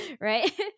right